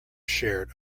shared